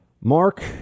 Mark